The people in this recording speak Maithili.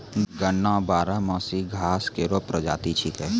गन्ना बारहमासी घास केरो प्रजाति छिकै